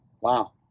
Wow